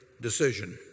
decision